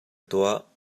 tuah